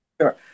Sure